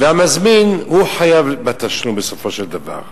והמזמין חייב בתשלום בסופו של דבר.